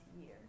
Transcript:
year